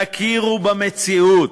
תכירו במציאות,